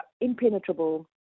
impenetrable